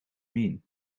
mean